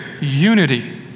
unity